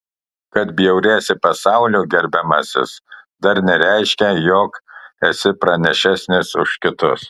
kad bjauriesi pasauliu gerbiamasis dar nereiškia jog esi pranašesnis už kitus